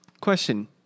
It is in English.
Question